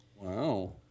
Wow